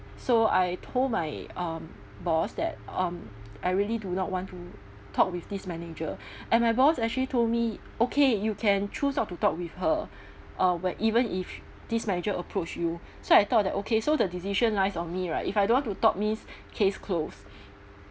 so I told my um boss that um I really do not want to talk with this manager and my boss actually told me okay you can choose not to talk with her uh when even if these manager approach you so I thought that okay so the decision lies on me right if I don't want to talk means case closed